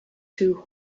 two